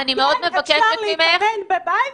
אפשר להתאמן בבית,